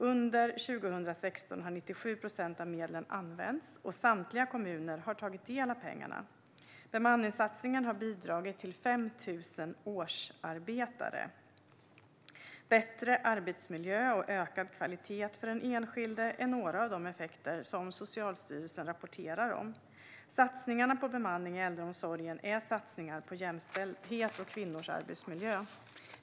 Under 2016 har 97 procent av medlen använts, och samtliga kommuner har tagit del av pengarna. Bemanningssatsningen har bidragit till 5 000 årsarbetare. Bättre arbetsmiljö och ökad kvalitet för den enskilde är några av de effekter som Socialstyrelsen rapporterar om. Satsningarna på bemanning i äldreomsorgen är satsningar på jämställdhet och kvinnors arbetsmiljö.